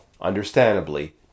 understandably